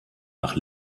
nach